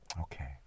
Okay